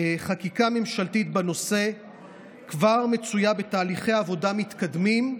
חקיקה ממשלתית בנושא כבר מצויה בתהליכי עבודה מתקדמים,